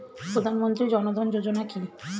প্রধানমন্ত্রী জনধন যোজনা কি?